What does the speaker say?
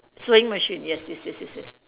sewing machine yes yes yes yes yes